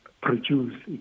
produce